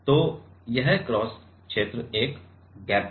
तो यह क्रॉस क्षेत्र एक गैप है